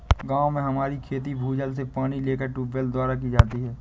गांव में हमारी खेती भूजल से पानी लेकर ट्यूबवेल द्वारा की जाती है